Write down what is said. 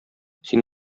син